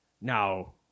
Now